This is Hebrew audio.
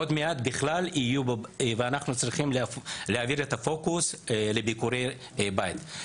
עוד מעט יהיו --- אנחנו צריכים להעביר את הפוקוס לביקורי בית.